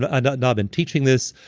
ah and now been teaching this.